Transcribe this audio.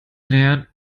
leeren